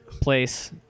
place